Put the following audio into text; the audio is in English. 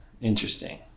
Interesting